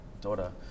daughter